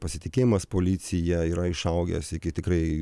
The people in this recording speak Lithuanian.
pasitikėjimas policija yra išaugęs iki tikrai